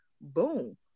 Boom